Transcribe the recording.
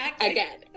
again